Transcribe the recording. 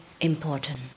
important